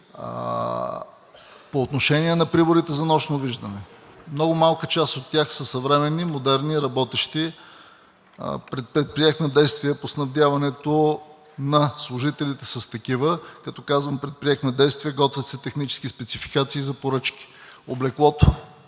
По отношение на приборите за нощно виждане. Много малка част от тях са съвременни, модерни, работещи. Предприехме действия по снабдяването на служителите с такива. Като казвам „предприехме действия“, готвят се технически спецификации за поръчки. Облеклото.